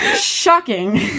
shocking